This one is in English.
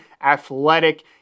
athletic